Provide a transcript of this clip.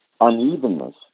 unevenness